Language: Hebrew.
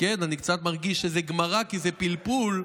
אני קצת מרגיש שזה גמרא, כי זה פלפול.